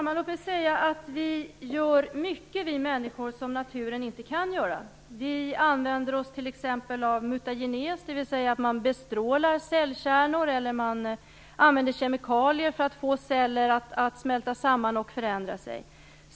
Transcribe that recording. Fru talman! Vi människor gör mycket som naturen inte kan göra. Vi använder oss t.ex. av mutagenes, dvs. att man bestrålar cellkärnor, och använder kemikalier för att få celler att smälta samman och förändra sig.